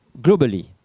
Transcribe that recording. globally